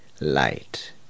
light